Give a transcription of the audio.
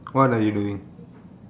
what are you doing